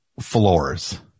floors